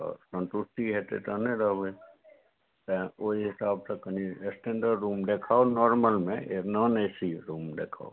तऽ संतुष्टि हेतै तहने रहबै तऽ ओहि हिसाबसँ कनी स्टैंडर्ड रूम देखाउ नोर्मलमे नन ए सी रूम देखाउ